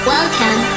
Welcome